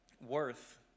worth